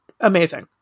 amazing